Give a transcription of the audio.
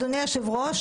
אדוני היושב-ראש,